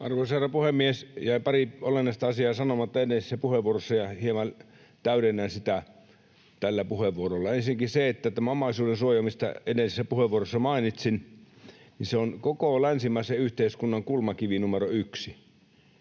Arvoisa herra puhemies! Jäi pari olennaista asiaa sanomatta edellisessä puheenvuorossa, ja hieman täydennän sitä tällä puheenvuorolla. Ensinnäkin tämä omaisuudensuoja, mistä edellisessä puheenvuorossani mainitsin, on koko länsimaisen yhteiskunnan kulmakivi numero yksi,